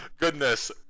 Goodness